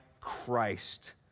Christ